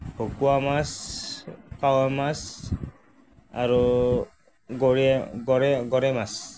ভকুৱা মাছ কাৱৈ মাছ আৰু গৰি গৰৈ গৰৈ মাছ